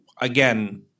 again